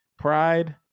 pride